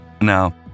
now